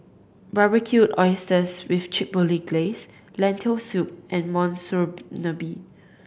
Barbecued Oysters with Chipotle Glaze Lentil Soup and Monsunabe